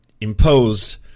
imposed